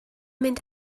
mynd